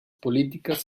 políticas